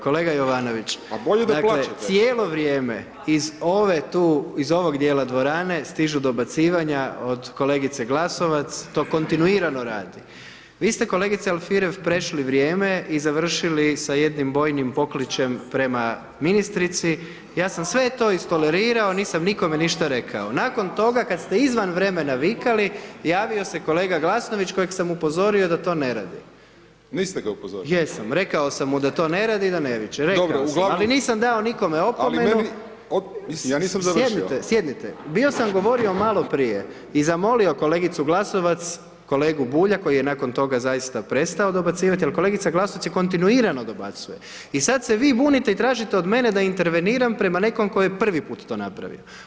Kolega Jovanović [[Upadica: Pa bolje da plačete.]] dakle, cijelo vrijeme iz ove tu, iz ovog dijela dvorane stižu dobacivanja od kolegice Glasovac, to kontinuirano radi, vi ste kolegice Alfirev prešli vrijeme i završili sa jednim bojnim pokličem prema ministrici, ja sam sve to istolerirao, nisam nikome ništa rekao, nakon toga kad ste izvan vremena vikali, javio se kolega Glasnović kojeg sam upozorio da to ne radi [[Upadica: Niste ga upozorili.]] jesam rekao samu mu da to ne radi i da ne viče [[Upadica: Dobro uglavnom…]] rekao sam, ali nisam nikome dao opomenu [[Upadica: Ali meni ja nisam završio.]] sjednite, sjednite, bio sam govorio maloprije i zamolio kolegicu Glasovac, kolegu Bulja koji je nakon toga zaista prestao dobacivati, ali kolegica Glasovac je kontinuirano dobacuje i sad se vi bunite i tražite od mene da interveniram prema nekom ko je prvi put to napravio.